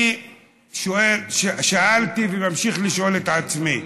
אני שואל, שאלתי, וממשיך לשאול את עצמי: